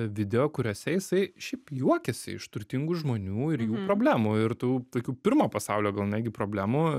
video kuriuose jisai šiaip juokiasi iš turtingų žmonių ir jų problemų ir tų tokių pirmo pasaulio gal netgi problemų